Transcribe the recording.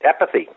apathy